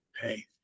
hey